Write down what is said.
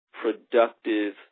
productive